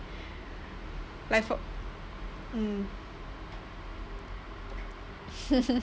like for mm